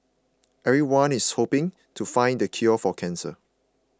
everyone is hoping to find the cure for cancer